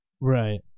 Right